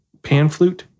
Panflute